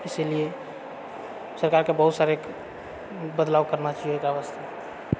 ईसीलिए सरकारके बहुत सारे बदलाव करना चाहिए एकरा वास्ते